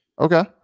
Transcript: Okay